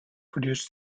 produced